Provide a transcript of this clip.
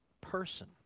person